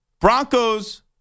Broncos